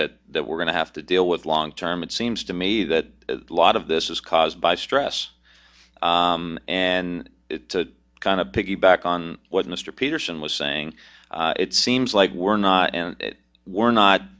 that that we're going to have to deal with long term it seems to me that a lot of this is caused by stress and a kind of piggyback on what mr peterson was saying it seems like we're not and we're not